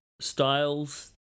styles